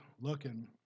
looking